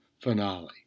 finale